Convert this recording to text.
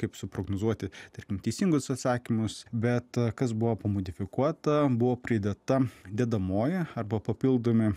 kaip suprognozuoti tarkim teisingus atsakymus bet kas buvo pamodifikuota buvo pridėta dedamoji arba papildomi